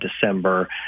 December